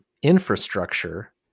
infrastructure